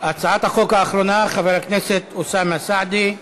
הצעת החוק האחרונה, חבר הכנסת אוסאמה סעדי,